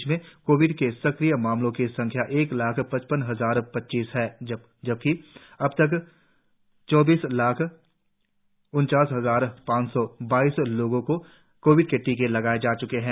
देशभर में कोविड के सक्रिय मामलों की संख्या एक लाख़ पचपन हजार पच्चीस है और अब तक चौवालीस लाख उनचास हजार पांच सौ बाईस लोगों को कोविड के टिके लगाए जा च्के है